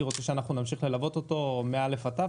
רוצה שנמשיך ללוות אותו מ-א' עד ת'.